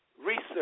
Research